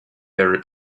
their